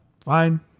Fine